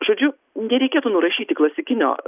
žodžiu nereikėtų nurašyti klasikinio